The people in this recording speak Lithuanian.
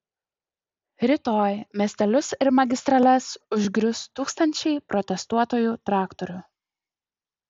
rytoj miestelius ir magistrales užgrius tūkstančiai protestuotojų traktorių